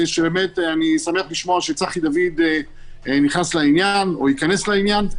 ואני שמח לשמוע שצחי דוד נכנס לעניין או יכנס לעניין,